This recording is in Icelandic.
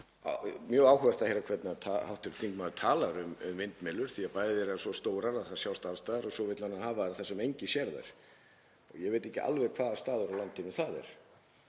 mjög áhugavert að heyra hvernig hv. þingmaður talar um vindmyllur því að bæði eru þær svo stórar að þær sjást alls staðar að og svo vill hann hafa þær þar sem enginn sér þær. Ég veit ekki alveg hvaða staður á landinu það